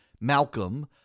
Malcolm